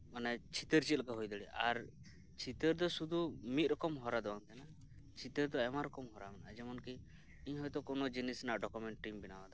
ᱚᱱᱮ ᱪᱤᱛᱟᱹᱨ ᱪᱮᱫᱞᱮᱠᱟ ᱦᱩᱭ ᱫᱟᱲᱮᱭᱟᱜ ᱟᱨ ᱪᱤᱛᱟᱹᱨ ᱫᱚ ᱥᱩᱫᱩ ᱢᱤᱫᱽᱨᱚᱠᱚᱢ ᱦᱚᱨᱟ ᱫᱚ ᱵᱟᱝ ᱛᱟᱦᱮᱱᱟ ᱪᱤᱛᱟᱹᱨ ᱫᱚ ᱟᱭᱢᱟᱨᱚᱠᱚᱢ ᱦᱚᱨᱟ ᱢᱮᱱᱟᱜᱼᱟ ᱡᱮᱢᱚᱱ ᱠᱤ ᱤᱧᱦᱚᱭᱛᱚ ᱠᱚᱱᱚ ᱡᱤᱱᱤᱥ ᱨᱮᱭᱟᱜ ᱰᱚᱠᱚᱢᱮᱱᱴ ᱤᱧ ᱵᱮᱱᱟᱣᱮᱫᱟ